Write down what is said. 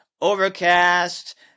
Overcast